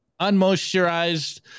unmoisturized